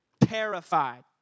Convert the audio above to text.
Terrified